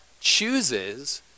chooses